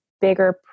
bigger